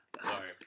Sorry